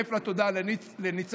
מצטרף לתודה לניצן,